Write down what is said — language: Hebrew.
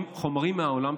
חומרים מהעולם,